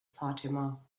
fatima